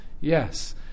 yes